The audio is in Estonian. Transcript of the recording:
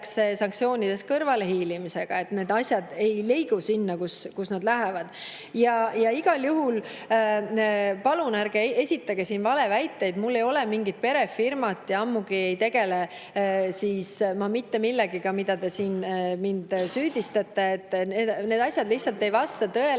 sanktsioonidest kõrvalehiilimisega ja need asjad ei liigu sinna, kuhu nad [justkui] lähevad. Ja igal juhul, palun ärge esitage siin valeväiteid! Mul ei ole mingit perefirmat ja ammugi ei tegele ma mitte millegagi, milles te siin mind süüdistasite. Need asjad lihtsalt ei vasta tõele.